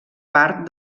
part